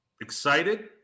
excited